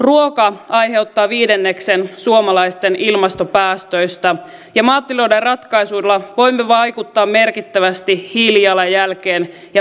ruoka aiheuttaa viidenneksen suomalaisten ilmastopäästöistä ja maatilojen ratkaisuilla voimme vaikuttaa merkittävästi hiilijalanjälkeen ja vesistökuormitukseen